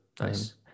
Nice